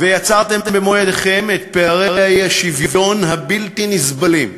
ויצרתם במו-ידיכם את פערי האי-שוויון הבלתי-נסבלים,